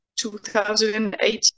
2018